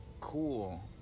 cool